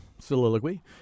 soliloquy